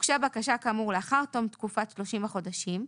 הוגשה בקשה כאמור לאחר תום תקופת 30 החודשים,